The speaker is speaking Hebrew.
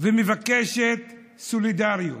ומבקשת סולידריות.